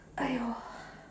!aiyo!